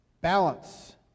balance